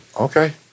Okay